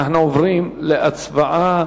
אנחנו עוברים להצבעה.